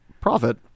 Profit